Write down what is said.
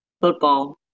Football